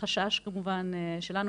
כמובן שהחשש שלנו,